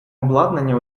обладнання